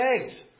eggs